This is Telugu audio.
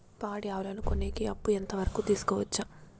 పాడి ఆవులని కొనేకి అప్పు ఎంత వరకు తీసుకోవచ్చు?